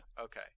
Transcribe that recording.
Okay